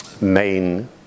main